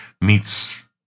meets